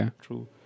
True